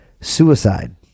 Suicide